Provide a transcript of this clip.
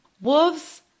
wolves